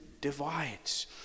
divides